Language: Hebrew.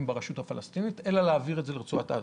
ברשות הפלסטינית אלא להעביר את זה לרצועת עזה.